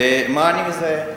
ומה אני מזהה?